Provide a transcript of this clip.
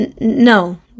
no